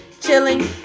chilling